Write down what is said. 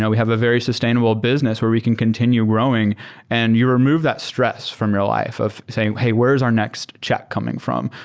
yeah we have a very sustainable business where we can continue growing and you remove that stress from your life of saying, hey, where's our next check coming from?